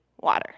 water